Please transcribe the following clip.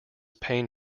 pain